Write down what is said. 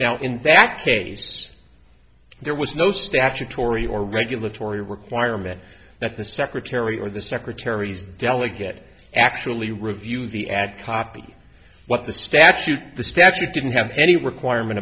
now in that caved there was no statutory or regulatory requirement that the secretary or the secretary delegate actually review the ad copy what the statute the statute didn't have any requirement